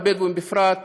והבדואיים בפרט,